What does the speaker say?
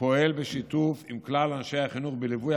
פועל בשיתוף עם כלל אנשי החינוך בליווי,